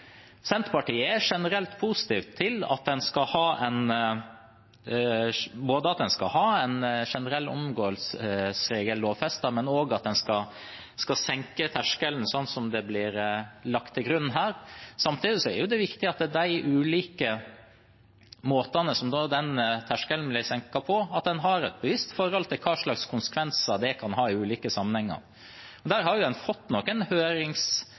Senterpartiet er generelt positiv til at man skal ha en generell omgåelsesregel lovfestet, og at man skal senke terskelen, som blir lagt til grunn her. Samtidig er det viktig i forbindelse med de ulike måtene som denne terskelen blir senket på, at man har et bevisst forhold til hva slags konsekvenser det kan få i ulike sammenhenger. Man har fått noen